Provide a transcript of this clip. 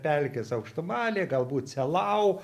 pelkės aukštumalė galbūt selau